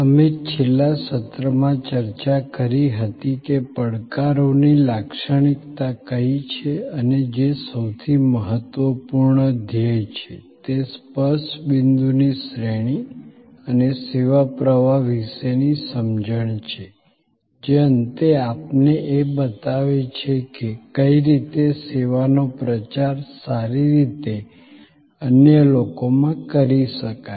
અમે છેલ્લા સત્રમાં ચર્ચા કરી હતી કે પડકારોની લાક્ષણિક્તા કઈ છે અને જે સૌથી મહત્વપૂર્ણ ધ્યેય છે તે સ્પર્શ બિંદુની શ્રેણી અને સેવા પ્રવાહ વિશેની સમજણ છે જે અંતે આપને એ બતાવે છે કે કઈ રીતે સેવા નો પ્રચાર સારી રીતે અન્ય લોકો માં કરી શકાય